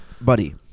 buddy